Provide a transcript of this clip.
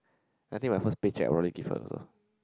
I think my first paycheck I want to give her also